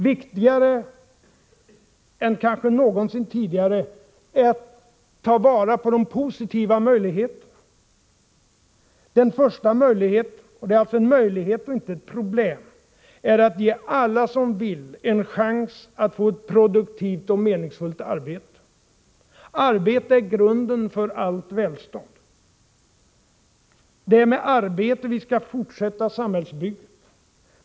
Viktigare än kanske någonsin tidigare är att ta vara på de positiva möjligheterna. Den första möjligheten — och det är alltså en möjlighet och inte ett problem —är att ge alla som vill en chans att få ett produktivt och meningsfullt arbete. Arbete är grunden för allt välstånd. Det är med arbete vi skall fortsätta samhällsbygget.